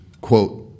quote